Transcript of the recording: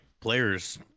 players